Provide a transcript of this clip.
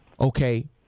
Okay